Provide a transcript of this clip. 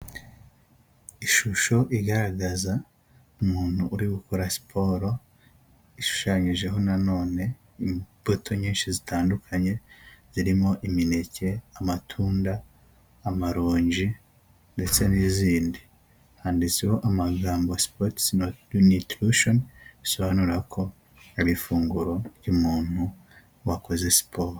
Ishusho igaragaza umuntu uri gukora siporo, ishushanyijeho nanone imbuto nyinshi zitandukanye zirimo imineke, amatunda, amaronji ndetse n'izindi. Handitseho amagambo” sport nutrition “ bisobanura ko ar’ifunguro ry'umuntu wakoze siporo.